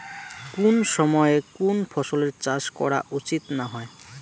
কুন সময়ে কুন ফসলের চাষ করা উচিৎ না হয়?